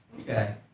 Okay